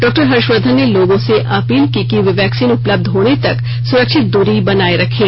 डॉ हर्षवर्धन ने लोगों से अपील की कि वे वैक्सीन उपलब्ध होने तक सुरक्षित दूरी बनाए रखें